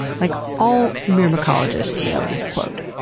like all myrmecologists know this quote.